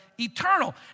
Eternal